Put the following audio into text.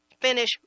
finish